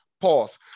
Pause